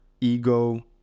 ego